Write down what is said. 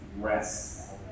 rest